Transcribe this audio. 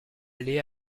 aller